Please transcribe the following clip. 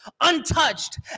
untouched